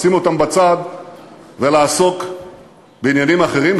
לשים אותם בצד ולעסוק בעניינים אחרים,